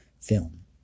film